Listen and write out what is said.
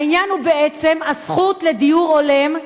העניין הוא בעצם הזכות לדיור הולם,